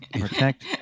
protect